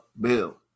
bill